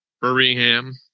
Birmingham